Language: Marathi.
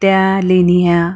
त्या लेणी या